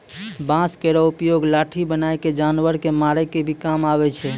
बांस केरो उपयोग लाठी बनाय क जानवर कॅ मारै के भी काम आवै छै